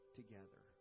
together